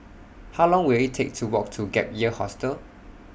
How Long Will IT Take to Walk to Gap Year Hostel